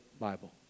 Bible